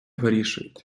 вирішують